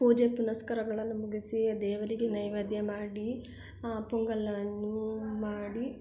ಪೂಜೆ ಪುನಸ್ಕಾರಗಳನ್ನು ಮುಗಿಸಿ ದೇವರಿಗೆ ನೈವೇದ್ಯ ಮಾಡಿ ಆ ಪೊಂಗಲನ್ನು ಮಾಡಿ